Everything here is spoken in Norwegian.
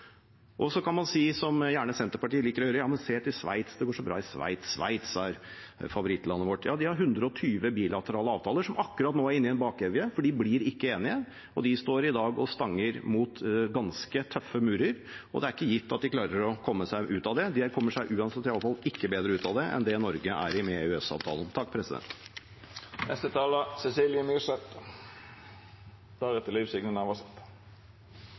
Så kan man si, som gjerne Senterpartiet liker å høre: Men se til Sveits, det går så bra i Sveits, Sveits er favorittlandet vårt. Ja, de har 120 bilaterale avtaler som akkurat nå er inne i en bakevje, for de blir ikke enige. De står i dag og stanger mot ganske tøffe murer, og det er ikke gitt at de klarer å komme seg ut av det. De kommer i hvert fall uansett ikke bedre ut enn det Norge gjør med EØS-avtalen. Internasjonalt samarbeid, det å inngå internasjonale avtaler, handelsavtaler, er utrolig viktig for Norge. Er